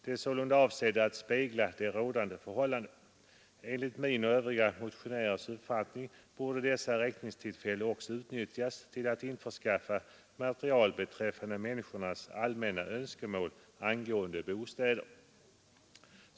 De är sålunda avsedda att spegla de rådande förhållandena. Enligt min och övriga motionärers uppfattning borde dessa räkningstillfällen också utnyttjas till att införskaffa material beträffande människornas allmänna önskemål angående bostäder.